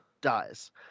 dies